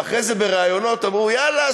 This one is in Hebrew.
ואחרי זה בראיונות אמרו: יאללה,